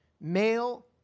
male